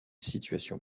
situation